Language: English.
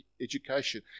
education